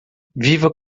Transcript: viva